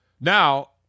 Now